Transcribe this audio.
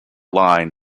line